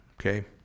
okay